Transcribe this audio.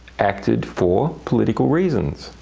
acted for political reasons.